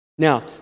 Now